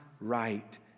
right